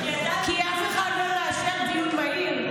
כי אף אחד לא מאשר דיון מהיר,